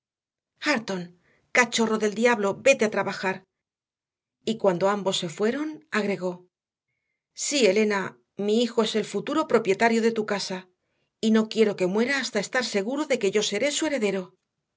hareton cachorro del diablo vete a trabajar y cuando ambos se fueron agregó sí elena mi hijo es el futuro propietario de tu casa y no quiero que muera hasta estar seguro de que yo seré su heredero